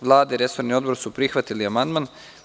Vlada i resorni Odbor su prihvatili amandman.